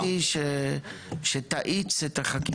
אבל אני ביקשתי שתאיץ את החקיקה,